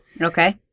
Okay